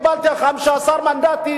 קיבלתם 15 מנדטים,